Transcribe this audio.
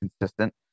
consistent